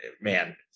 man